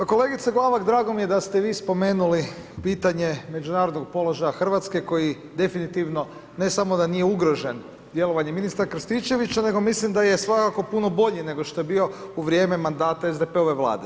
Kolegice Glavak, drago mi je da ste vi spomenuli pitanje međunarodnog položaja Hrvatske koji definitivno ne samo da nije ugrožen djelovanjem ministra Krstičevića, nego mislim da je svakako puno bolji nego što je bio u vrijeme mandata SDP-ove Vlade.